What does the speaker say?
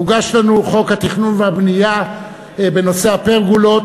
הוגש לנו חוק התכנון והבנייה בנושא הפרגולות,